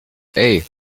hey